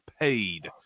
paid